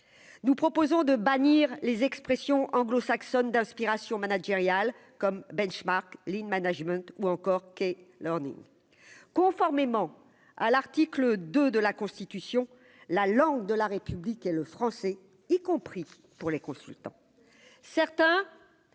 nous proposons de bannir les expressions anglo-saxonne d'inspiration managérial comme benchmark lean management ou encore que leur nid, conformément à l'article 2 de la Constitution, la langue de la République est le français, y compris pour les consultants, certains